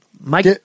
Mike